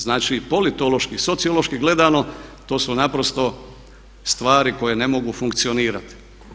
Znači politološki, sociološki gledano to su naprosto stvari koje ne mogu funkcionirati.